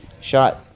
shot